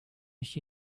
mich